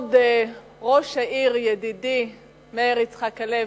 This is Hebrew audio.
כבוד ראש העיר ידידי מאיר יצחק הלוי,